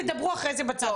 תדברו אחרי זה בצד,